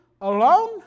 alone